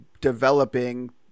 developing